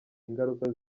ingaruka